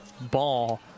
ball